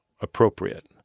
appropriate